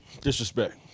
Disrespect